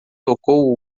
tocou